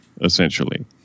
essentially